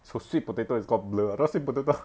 so sweet potato is call blur I thought sweet potato